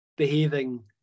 Behaving